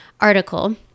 article